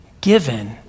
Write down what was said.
given